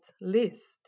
list